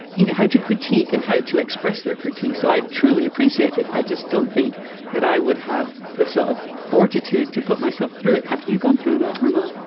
you know, how to critique and how to express their critique. so i truly appreciate it. i just don't think that i would have the sort of fortitude to put myself through it. have you gone through that month?